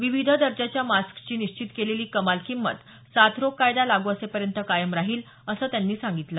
विविध दर्जाच्या मास्कची निश्चित केलेली कमाल किंमत साथरोग कायदा लागू असेपर्यंत कायम राहतील असं त्यांनी सांगितलं